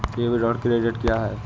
Debit और credit क्या है?